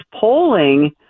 polling